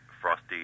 ...frosty